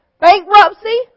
bankruptcy